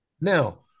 Now